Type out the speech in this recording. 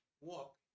walk